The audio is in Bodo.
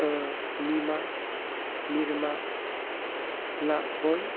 निर्मा लाइफ बय